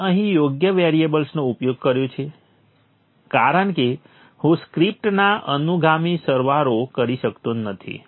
મેં અહીં યોગ્ય વેરિએબલ્સનો ઉપયોગ કર્યો છે કારણ કે હું સ્ક્રિપ્ટના અનુગામી સરવાળો કરી શકતો નથી